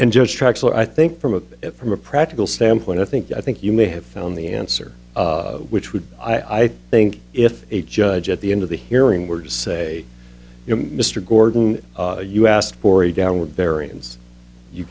so i think from a from a practical standpoint i think i think you may have found the answer which would be i think if a judge at the end of the hearing were to say you know mr gordon you asked for a downward variance you